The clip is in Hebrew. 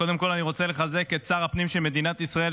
קודם כול אני רוצה לחזק את שר הפנים של מדינת ישראל,